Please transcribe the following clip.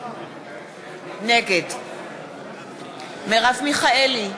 נגד מרב מיכאלי,